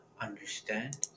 understand